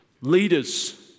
leaders